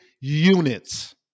units